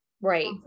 right